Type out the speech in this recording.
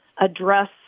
address